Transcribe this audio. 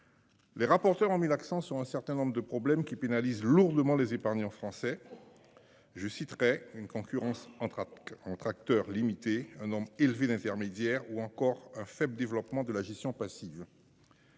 Les rapporteurs ont mis l'accent sur un certain nombre de problèmes qui pénalise lourdement les épargnants français. Je citerai une concurrence entre entre acteurs limiter un nombre élevé d'intermédiaire ou encore un faible développement de la gestion passive.